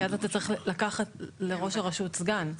כי אז אתה צריך לקחת לראש הרשות סגן,